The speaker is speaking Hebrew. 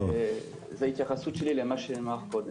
וזו התייחסות שלי למה שנאמר קודם.